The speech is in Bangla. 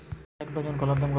এক ডজন কলার দাম কত?